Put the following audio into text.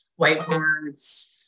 whiteboards